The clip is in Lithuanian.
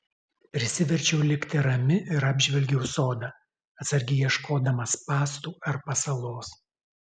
prisiverčiau likti rami ir apžvelgiau sodą atsargiai ieškodama spąstų ar pasalos